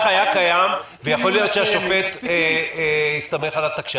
היה קיים ויכול להיות שהשופט הסתמך עליו.